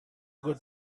good